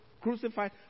crucified